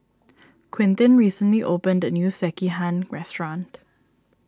Quintin recently opened a new Sekihan restaurant